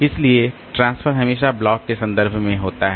इसलिए ट्रांसफर हमेशा ब्लॉक के संदर्भ में होता है